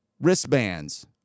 wristbands